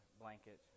blanket